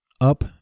up